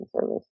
Service